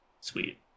Sweet